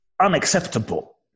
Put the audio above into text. unacceptable